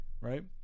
right